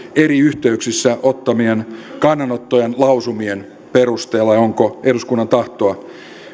eri yhteyksissä ottamien kannanottojen lausumien perusteella ja onko eduskunnan tahtoa